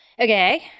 Okay